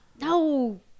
No